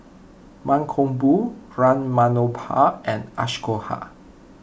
Mankombu Ram Manohar and Ashoka